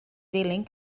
ddilyn